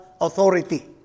authority